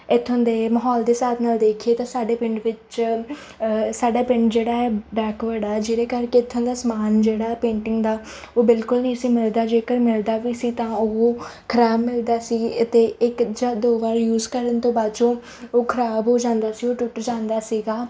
ਇੱਥੋਂ ਦੇ ਮਾਹੌਲ ਦੇ ਹਿਸਾਬ ਨਾਲ ਦੇਖੀਏ ਤਾਂ ਸਾਡੇ ਪਿੰਡ ਵਿੱਚ ਸਾਡਾ ਪਿੰਡ ਜਿਹੜਾ ਹੈ ਬੈਕਵਰਡ ਆ ਜਿਹਦੇ ਕਰਕੇ ਇੱਥੋਂ ਦਾ ਸਮਾਨ ਜਿਹੜਾ ਪੇਂਟਿੰਗ ਦਾ ਉਹ ਬਿਲਕੁਲ ਨਹੀਂ ਸੀ ਮਿਲਦਾ ਜੇਕਰ ਮਿਲਦਾ ਵੀ ਸੀ ਤਾਂ ਉਹ ਖਰਾਬ ਮਿਲਦਾ ਸੀ ਅਤੇ ਇੱਕ ਜਾਂ ਦੋ ਵਾਰ ਯੂਜ ਕਰਨ ਤੋਂ ਬਾਅਦ 'ਚੋਂ ਉਹ ਖਰਾਬ ਹੋ ਜਾਂਦਾ ਸੀ ਉਹ ਟੁੱਟ ਜਾਂਦਾ ਸੀਗਾ